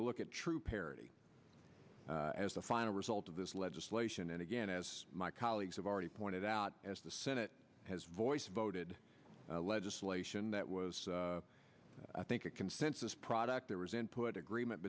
to look at true parity as the final result of this legislation and again as my colleagues have already pointed out as the senate has voiced voted legislation that was i think a consensus product there was input agreement